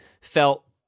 felt